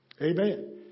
Amen